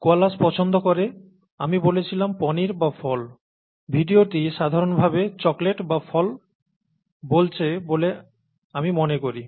koalas পছন্দ করে আমি বলেছিলাম পনির বা ফল ভিডিওটি সাধারণভাবে চকোলেট বা ফল বলছে বলে আমি মনে করি